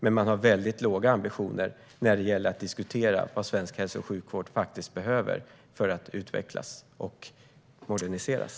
Man har dock väldigt låga ambitioner när det gäller att diskutera vad svensk hälso och sjukvård faktiskt behöver för att utvecklas och moderniseras.